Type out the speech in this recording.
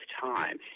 time